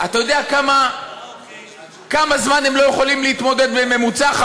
אתה יודע כמה זמן הם לא יכולים להתמודד בממוצע?